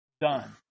done